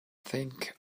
think